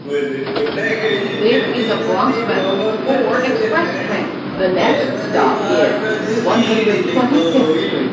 वोरु पुण्णगयिल् पेण्णिनमे कोवपट्टदेन्नाडि देवदैवारद् वीडिलै कोविल्